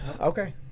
Okay